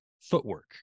footwork